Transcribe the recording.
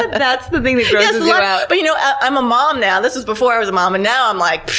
ah that's but the thing yeah but you know, i'm a mom now. this was before i was a mom, and now i'm like, pshht,